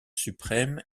suprême